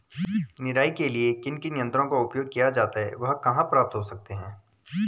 निराई के लिए किन किन यंत्रों का उपयोग किया जाता है वह कहाँ प्राप्त हो सकते हैं?